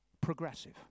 progressive